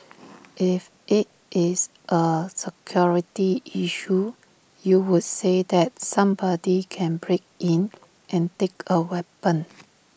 if IT is A security issue you would say that somebody can break in and take A weapon